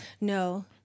No